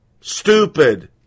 stupid